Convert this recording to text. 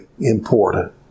important